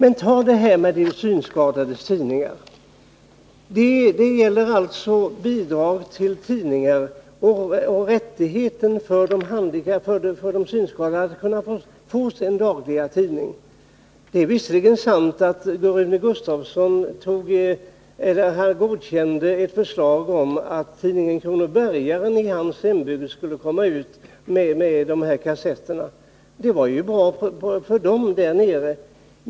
Ta t.ex. frågan om de synskadades tidningar, där det gäller bidrag till tidningar och rättigheter för de synskadade att få sin dagliga tidning. Det är visserligen sant att Rune Gustavsson godkände ett förslag om att tidningen Kronobergaren i hans hembygd skulle få komma ut genom kassetter, och det var ju bra för de synskadade där nere.